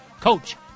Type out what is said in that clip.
Coach